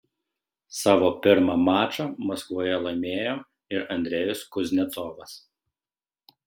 savo pirmą mačą maskvoje laimėjo ir andrejus kuznecovas